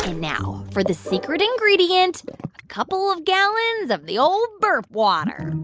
now for the secret ingredient a couple of gallons of the old burp water